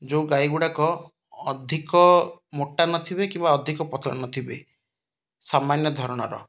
ଯେଉଁ ଗାଈ ଗୁଡ଼ାକ ଅଧିକ ମୋଟା ନଥିବେ କିମ୍ବା ଅଧିକ ପତଳା ନଥିବେ ସାମାନ୍ୟ ଧରଣର